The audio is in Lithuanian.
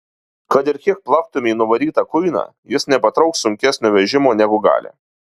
kad ir kiek plaktumei nuvarytą kuiną jis nepatrauks sunkesnio vežimo negu gali